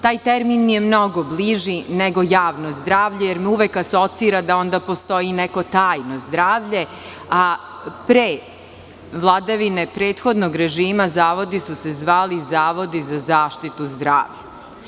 Taj termin mi je mnogo bliži nego javno zdravlje, jer uvek asocira da onda postoji neko tajno zdravlje, a pre vladavine prethodnog režima zavodi su se zvali zavodi za zaštitu zdravlja.